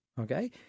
okay